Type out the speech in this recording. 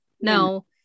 no